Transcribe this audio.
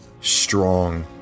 strong